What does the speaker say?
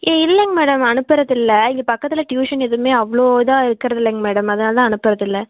இ இல்லைங்க மேடம் அனுப்புகிறது இல்லை இங்கே பக்கத்தில் டியூஷன் எதுவுமே அவ்வளோ இதாக இருக்கிறது இல்லைங்க மேடம் அதனால தான் அனுப்புகிறது இல்லை